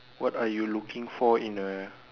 what are you looking for in a